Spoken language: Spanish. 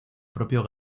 propio